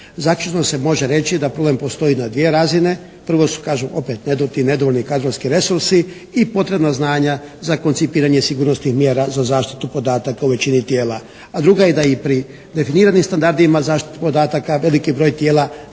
Zaključno se može reći da problem postoji na dvije razine. Prvo su kažem opet ti nedovoljni kadrovski resursi. I potrebna znanja za koncipiranjem sigurnosnih mjera za zaštitu podataka u većini tijela. A druga je da i pri definiranim standardima zaštite podataka veliki broj tijela nema